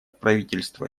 правительство